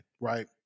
right